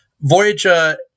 Voyager